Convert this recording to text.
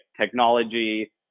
technology